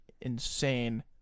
insane